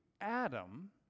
Adam